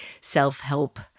self-help